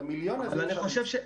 את המיליון הזה אפשר למצוא.